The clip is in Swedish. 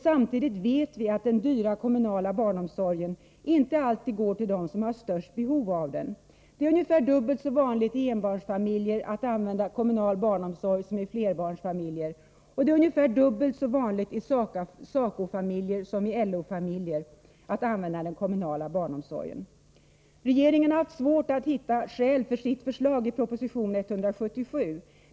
Samtidigt vet vi att den dyra kommunala barnomsorgen inte alltid går till dem som har störst behov av den. Det är ungefär dubbelt så vanligt i enbarnsfamiljer att använda kommunal barnomsorg som i flerbarnsfamiljer. Det är ungefär dubbelt så vanligt i SACO-familjer som i LO-familjer att använda den kommunala barnomsorgen. Regeringen har haft svårt att hitta skäl för sitt förslag i proposition 177.